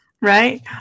Right